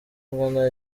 ugana